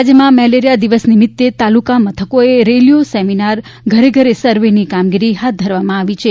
રાજ્યમાં મેલેરિયા દિવસ નિમિત્તે તાલુકા મથકોએ રેલીઓ સેમિનાર ઘરે ઘરે સર્વની કામગીરી હાથ ધરવામાં આવી છે